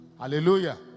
hallelujah